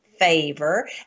favor